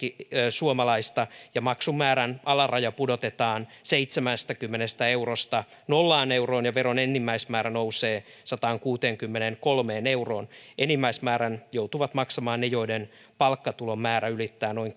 suomalaista ja maksun määrän alaraja pudotetaan seitsemästäkymmenestä eurosta nolla euroon ja veron enimmäismäärä nousee sataankuuteenkymmeneenkolmeen euroon enimmäismäärän joutuvat maksamaan ne joiden palkkatulon määrä ylittää noin